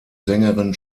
sängerin